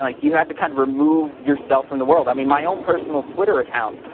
like you had to kind of remove yourself from the world. i mean, my own personal twitter account,